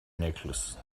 necklace